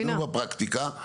גם בפרקטיקה,